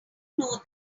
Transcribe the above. know